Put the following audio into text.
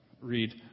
Read